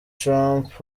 trump